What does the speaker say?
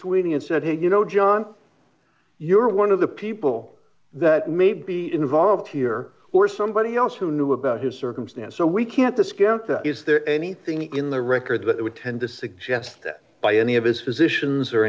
sweeney and said hey you know john you're one of the people that may be involved here or somebody else who knew about his circumstance so we can't discount that is there anything in the records that would tend to suggest that by any of his physicians or